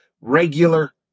regular